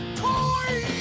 toy